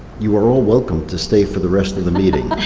you are all welcome to stay for the rest of the meeting.